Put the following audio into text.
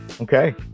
Okay